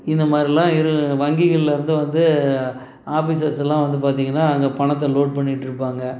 இந்த மாதிரில்லாம் இரு வங்கிகள்லேருந்து வந்து ஆஃபிசர்ஸ்லாம் வந்து பார்த்திங்கன்னா அங்கே பணத்தை லோட் பண்ணிகிட்டுருப்பாங்க